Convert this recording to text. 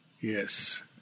yes